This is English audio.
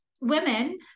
women